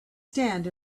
stand